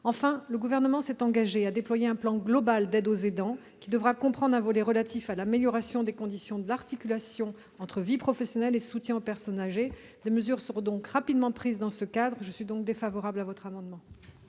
Enfin, le Gouvernement s'est engagé à déployer un plan global d'aide aux aidants. Ce plan comprendra un volet relatif à l'amélioration des conditions de l'articulation entre vie professionnelle et soutien aux personnes âgées. Des mesures seront donc rapidement prises dans ce cadre. Pour toutes ces raisons, je suis défavorable à cet amendement.